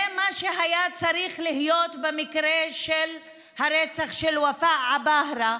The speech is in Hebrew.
זה מה שהיה צריך להיות במקרה של הרצח של ופאא עבאהרה,